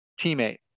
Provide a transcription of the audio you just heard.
teammate